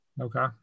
Okay